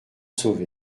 sauvé